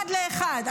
אחד לאחד,